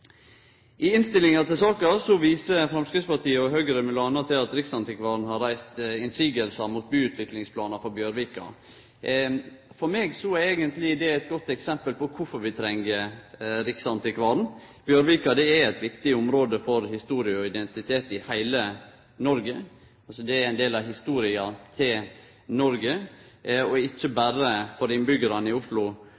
I innstillinga til saka viser Framstegspartiet og Høgre m.a. til at riksantikvaren har kome med innvendingar mot byutviklingsplanar for Bjørvika. For meg er det eigentleg eit godt eksempel på kvifor vi treng riksantikvaren. Bjørvika er eit viktig område for historie og identitet i heile Noreg. Det er ein del av historia til Noreg og ikkje